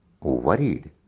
worried